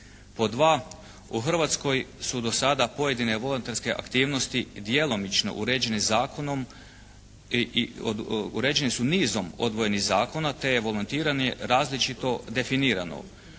Pod dva, u Hrvatskoj su do sada pojedine volonterske aktivnosti djelomično uređene zakonom i uređene su nizom odvojenih zakona te je volontiranje različito definirano.